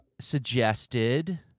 suggested